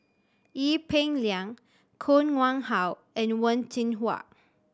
Ee Peng Liang Koh Nguang How and Wen Jinhua